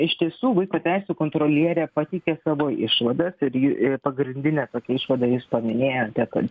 iš tiesų vaiko teisių kontrolierė pateikė savo išvadas ir ji pagrindine išvada jūs paminėjote kad